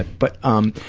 but um,